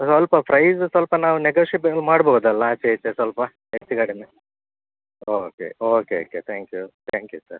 ಸ್ವಲ್ಪ ಪ್ರೈಸ್ ಸ್ವಲ್ಪ ನಾವು ನೆಗೋಶೆಬಲ್ ಮಾಡ್ಬೋದಲ್ಲ ಆಚೆ ಈಚೆ ಸ್ವಲ್ಪ ಹೆಚ್ಚುಕಡಿಮೆ okay okay okay thank you thank you sir